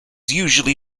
usually